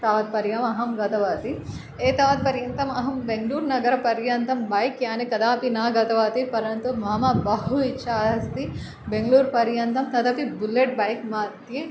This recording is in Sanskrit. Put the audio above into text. तावत्पर्यन्तम् अहं गतवती एतावत्पर्यन्तम् अहं बेङ्ग्लूर् नगरपर्यन्तं बैक् याने कदापि न गतवती परन्तु मम बहु इच्छा अस्ति बेङ्ग्लूर् पर्यन्तं तदपि बुल्लेट् बैक् मध्ये